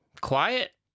quiet